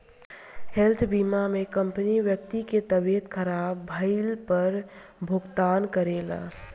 health बीमा में company व्यक्ति के तबियत ख़राब भईला पर भुगतान करेला